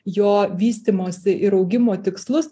jo vystymosi ir augimo tikslus